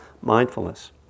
mindfulness